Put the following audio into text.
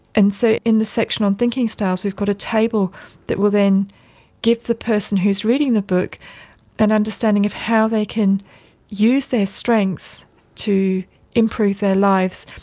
and so in the section on thinking styles we've got a table that will then give the person who is reading the book an understanding of how they can use their strengths to improve their life.